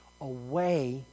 away